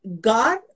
God